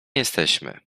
jesteśmy